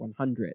100